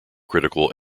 critical